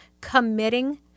committing